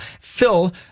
Phil